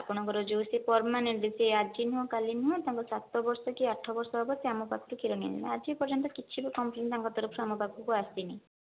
ଆପଣଙ୍କର ଯେଉଁ ସେ ପରମାନେଣ୍ଟ ସେ ଆଜି ନୁହଁ କାଲି ନୁହଁ ତାଙ୍କ ସାତବର୍ଷ କି ଆଠବର୍ଷ ହେବ ସେ ଆମପାଖରୁ କ୍ଷୀର ନିଅନ୍ତି ଆଜିପର୍ଯ୍ୟନ୍ତ କିଛି ବି କମ୍ପ୍ଲେନ ତାଙ୍କ ତରଫରୁ ଆମ ପାଖକୁ ଆସିନି